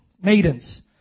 maidens